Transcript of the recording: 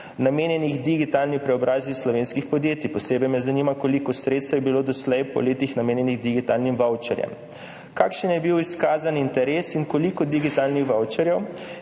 namenjenih digitalni preobrazbi slovenskih podjetij? Koliko sredstev je bilo doslej po letih namenjenih digitalnim vavčerjem? Kakšen je bil izkazan interes in koliko digitalnih vavčerjev